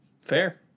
fair